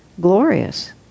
glorious